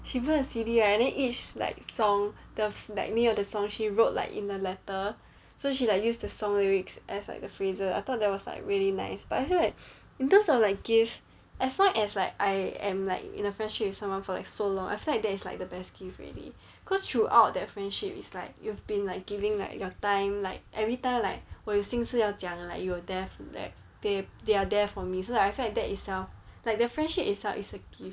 she burned a C_D right and then each like song the meaning of the song she wrote like in a letter so she like used the song lyrics as like the phrases I thought there was like really nice but I feel like in terms of like gift as long as like I am like in a friendship with someone for like so long I feel like that is like the best gift already cause throughout that friendship is like you've been like giving like your time like everytime like 我有心事要讲 like you were there from there they they are there for me so I felt that itself like the friendship itself is a gift